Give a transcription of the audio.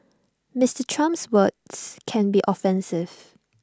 Mister Trump's words can be offensive